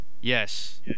Yes